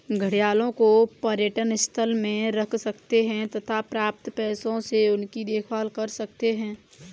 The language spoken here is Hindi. घड़ियालों को पर्यटन स्थल में रख सकते हैं तथा प्राप्त पैसों से उनकी देखभाल कर सकते है